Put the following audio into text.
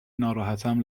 ناراحتم